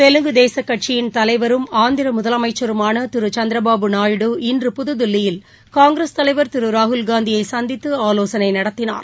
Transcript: தெலுங்குதேச கட்சியின் தலைவரும் ஆந்திர முதலனமச்சருமான திரு சந்திரபாபு நாயுடு இன்று புதுதில்லியில் காங்கிரஸ் தலைவர் திரு ராகுல்காந்தியை சந்தித்து ஆவோசனை நடத்தினார்